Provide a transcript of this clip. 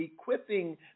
Equipping